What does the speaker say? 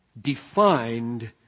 defined